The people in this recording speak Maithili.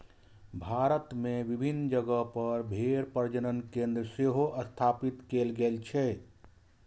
भारत मे विभिन्न जगह पर भेड़ प्रजनन केंद्र सेहो स्थापित कैल गेल छै